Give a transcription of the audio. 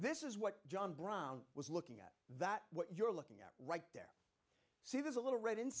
this is what john brown was looking at that what you're looking at right there see there's a little red in